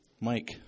Mike